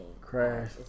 crash